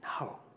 No